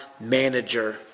manager